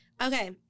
okay